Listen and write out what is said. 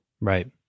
Right